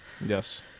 Yes